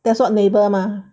that's what neighbour mah